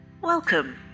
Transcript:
Welcome